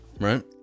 Right